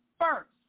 first